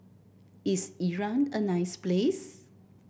is Iran a nice place